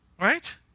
Right